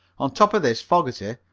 on top of this fogerty,